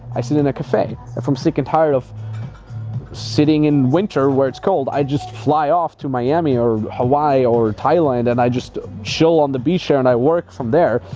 i sit in a cafe, if i'm sick and tired of sitting in winter where it's cold, i just fly off to miami or hawaii or thailand, and i just chill on the beach ah and i work from there.